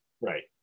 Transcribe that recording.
Right